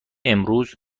امروز